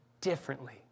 differently